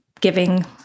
giving